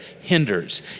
hinders